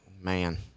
man